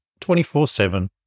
24-7